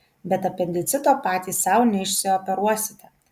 bet apendicito patys sau neišsioperuosite